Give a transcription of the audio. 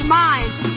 minds